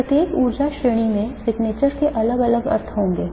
प्रत्येक ऊर्जा श्रेणी में signatures के अलग अलग अर्थ होंगे